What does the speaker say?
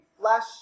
flesh